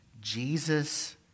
jesus